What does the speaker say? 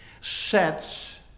sets